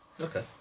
Okay